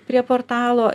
prie portalo